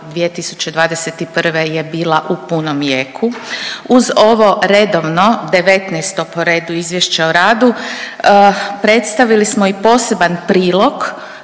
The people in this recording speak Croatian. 2021. je bila u punom jeku, uz ovo redovno 19 po redu izvješće o radu predstavili smo i poseban prilog